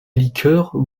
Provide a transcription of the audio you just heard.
liqueurs